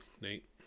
nate